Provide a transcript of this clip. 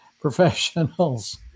professionals